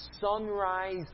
sunrise